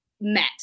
met